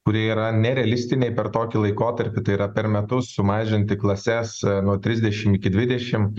kurie yra nerealistiniai per tokį laikotarpį tai yra per metus sumažinti klases nuo trisdešimt iki dvidešimt